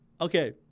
Okay